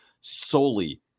solely